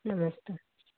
नमस्ते